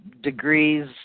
degrees